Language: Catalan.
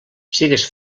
sigues